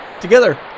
Together